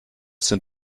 sind